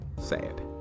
sad